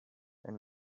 and